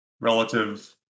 relative